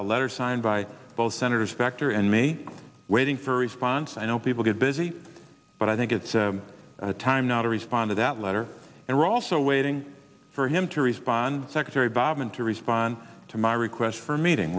a letter signed by both senator specter and me waiting for a response i know people get busy but i think it's time now to respond to that letter and we're also waiting for him to respond secretary bodman to respond to my requests for a meeting